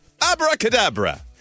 Abracadabra